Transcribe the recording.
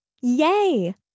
Yay